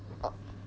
oh